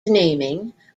naming